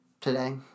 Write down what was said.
today